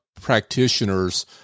practitioners